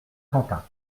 quentin